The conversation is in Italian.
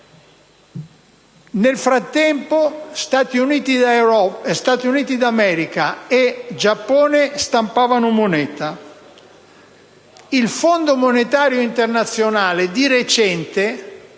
nel frattempo, Stati Uniti d'America e Giappone stampavano moneta. Il Fondo monetario internazionale di recente